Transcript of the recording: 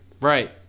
Right